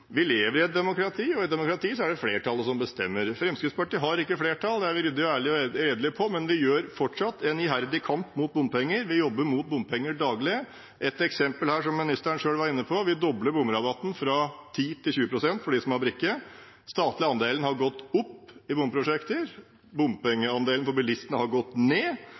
Vi lever i et demokrati, og i et demokrati er det flertallet som bestemmer. Fremskrittspartiet har ikke flertall, det er vi ryddige og ærlige og redelige på, men vi kjemper fortsatt en iherdig kamp mot bompenger, vi jobber mot bompenger daglig. Ett eksempel her, som ministeren selv var inne på, er at vi dobler bomrabatten, fra 10 pst. til 20 pst., for dem som har brikke. Den statlige andelen har gått opp i bomprosjekter. Bompengeandelen for bilistene har gått ned.